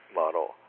model